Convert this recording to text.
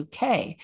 uk